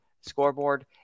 scoreboard